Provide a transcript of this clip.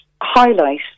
highlight